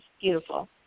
beautiful